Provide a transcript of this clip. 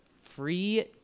free